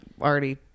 already